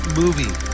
movie